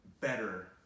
better